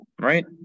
right